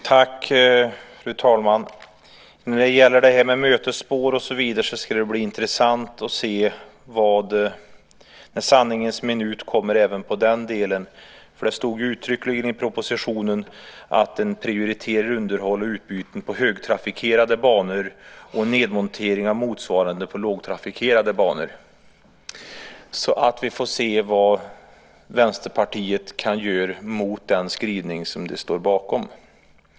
Fru talman! När det gäller mötesspår och så vidare ska det bli intressant att se när sanningens minut kommer även i den delen. Det stod uttryckligen i propositionen att man prioriterar underhåll och utbyten på högtrafikerade banor och nedmontering av motsvarande på lågtrafikerade banor. Vi får se vad Vänsterpartiet kan göra mot den skrivning som de står bakom.